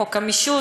חוק המישוש,